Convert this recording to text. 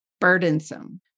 burdensome